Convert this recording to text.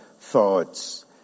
thoughts